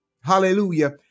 Hallelujah